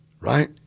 Right